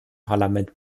parlament